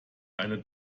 eine